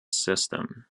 system